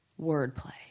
wordplay